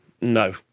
No